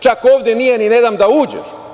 Čak ovde nije ni „ne dam da uđeš“